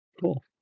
Cool